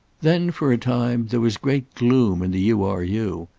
then for a time there was great gloom in the u. r. u.